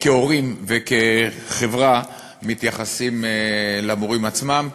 וכחברה מתייחסים למורים עצמם.